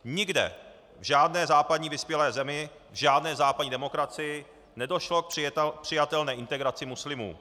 Nikde, v žádné západní vyspělé zemi, v žádné západní demokracii nedošlo k přijatelné integraci muslimů.